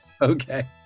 Okay